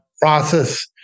process